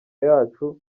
yacu